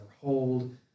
hold